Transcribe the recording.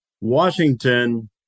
Washington